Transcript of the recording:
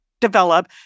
develop